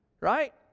Right